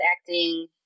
acting